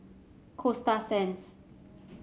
Coasta Sands